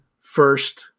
first